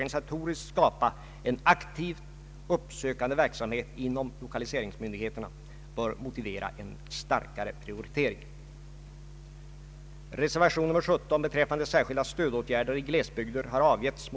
Nuvarande stöd i form av lokaliseringsbidrag och lokaliseringslån skulle bibehållas.